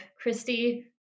Christy